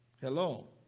Hello